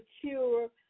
secure